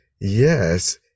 Yes